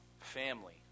Family